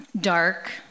dark